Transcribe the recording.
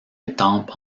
estampe